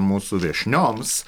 mūsų viešnioms